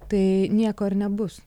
tai nieko ir nebus